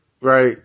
right